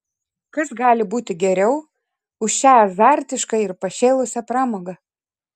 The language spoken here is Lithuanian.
kas gali būti geriau už šią azartišką ir pašėlusią pramogą